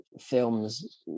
films